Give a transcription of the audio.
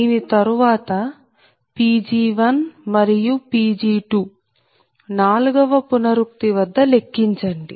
దీని తరువాత Pg1మరియు Pg2 నాలుగవ పునరుక్తి వద్ద లెక్కించండి